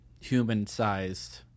human-sized